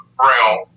realm